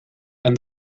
and